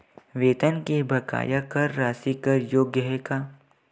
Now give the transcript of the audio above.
वेतन के बकाया कर राशि कर योग्य हे का?